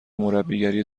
مربیگری